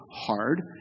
hard